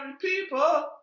people